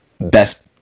best